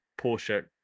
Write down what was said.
Porsche